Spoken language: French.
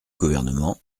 gouvernement